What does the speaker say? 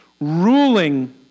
ruling